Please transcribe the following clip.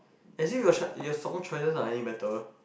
actually your your song choices aren't anything better